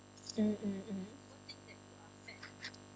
mm mm mm